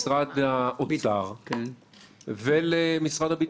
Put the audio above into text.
-- משרד האוצר ולמשרד הביטחון,